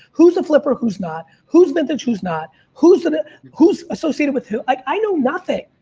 who's a flipper. who's not. who's vintage who's not. who's and ah who's associated with who. i know nothing.